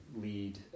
lead